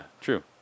true